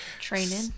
Training